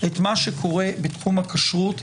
את מה שקורה בתחום הכשרות,